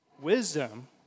Wisdom